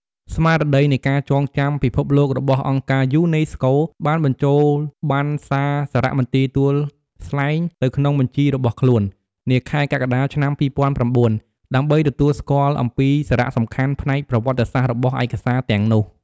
ស្មារតីនៃការចងចាំពិភពលោករបស់អង្គការយូណេស្កូ បានបញ្ចូលបណ្ណសារសារមន្ទីរទួលស្លែងទៅក្នុងបញ្ជីររបស់ខ្លួន នាខែកក្កដា ឆ្នាំ២០០៩ ដើម្បីទទួលស្គាល់អំពីសារសំខាន់ផ្នែកប្រវត្តិសាស្ត្ររបស់ឯកសារទាំងនោះ។